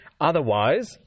Otherwise